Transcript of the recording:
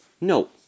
No